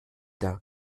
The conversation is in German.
der